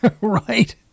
right